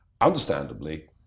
understandably